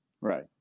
Right